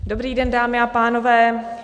Dobrý den, dámy a pánové.